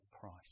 price